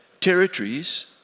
territories